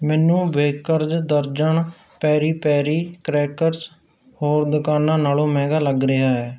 ਮੈਨੂੰ Bakers Dozen peri peri crackers ਹੋਰ ਦੁਕਾਨਾਂ ਨਾਲੋਂ ਮਹਿੰਗਾ ਲੱਗ ਰਿਹਾ ਹੈ